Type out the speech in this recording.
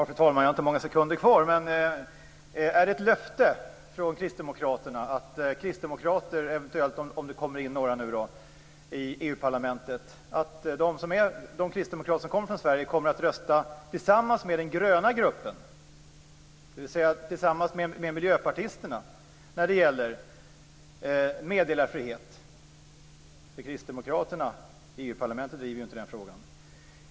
Fru talman! Jag har inte många sekunder kvar. Är det ett löfte från Kristdemokraterna att om det nu kommer in några kristdemokrater från Sverige i EU parlamentet kommer dessa att rösta tillsammans med den gröna gruppen, dvs. tillsammans med miljöpartisterna, när det gäller meddelarfrihet? Kristdemokraterna i EU-parlamentet driver ju inte den frågan.